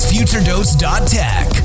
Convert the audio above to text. FutureDose.Tech